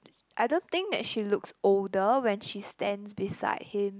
I don't think that she looks older when she stands beside him